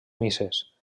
misses